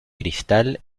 cristal